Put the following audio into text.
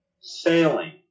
Sailing